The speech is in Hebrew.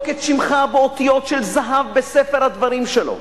את שמך באותיות של זהב בספר דברי הימים שלו.